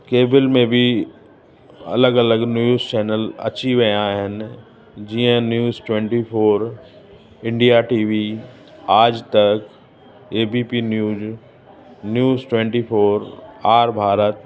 cable में बि अलॻि अलॻि न्यूज़ चैनल अची विया आहिनि जीअं news twenty four India TV Aaj Tak ABP news news twenty four R Bharat